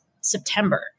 September